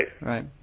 Right